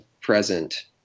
present